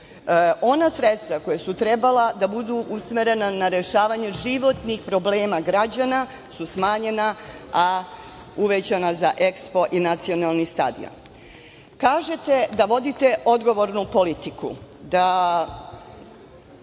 Ona sredstva koja su trebala da budu usmerena na rešavanje životnih problema građana su smanjena, a uvećana za EKSPO i nacionalni stadion. Kažete da vodite odgovornu politiku,